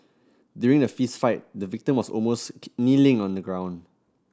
during the fist fight the victim was almost kneeling on the ground